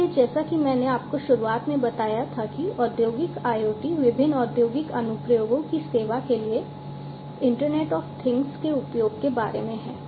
इसलिए जैसा कि मैंने आपको शुरुआत में बताया था कि औद्योगिक IoT विभिन्न औद्योगिक अनुप्रयोगों की सेवा के लिए इंटरनेट ऑफ थिंग्स के उपयोग के बारे में है